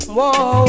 Whoa